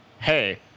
hey